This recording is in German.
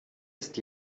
ist